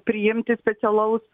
priimti specialaus